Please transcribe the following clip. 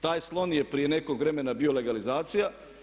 Taj slon je prije nekog vremena bio legalizacija.